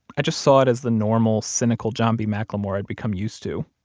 i just saw it as the normal, cynical john b. mclemore i become used to.